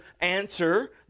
answer